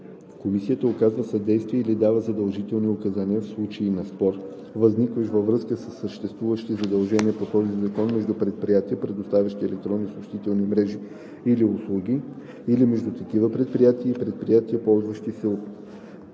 Комисията оказва съдействие или дава задължителни указания в случай на спор, възникващ във връзка със съществуващи задължения по този закон между предприятия, предоставящи електронни съобщителни мрежи или услуги, или между такива предприятия и предприятия, ползващи се